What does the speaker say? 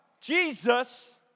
Jesus